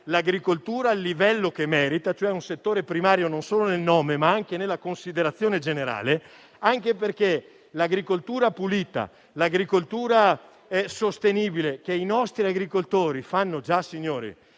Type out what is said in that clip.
l'agricoltura al livello che merita, cioè a un settore primario non solo nel nome, ma anche nella considerazione generale. Anche perché l'agricoltura pulita e sostenibile è quella che i nostri agricoltori fanno già, signori.